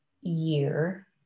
year